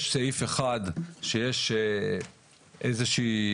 יש סעיף אחד שיש איזה שהיא,